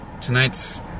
tonight's